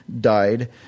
died